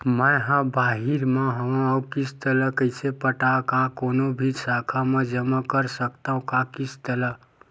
मैं हा बाहिर मा हाव आऊ किस्त ला कइसे पटावव, का कोनो भी शाखा मा जमा कर सकथव का किस्त ला?